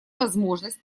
возможность